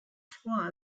froids